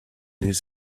his